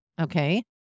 Okay